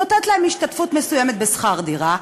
נותנת להם השתתפות מסוימת בשכר דירה,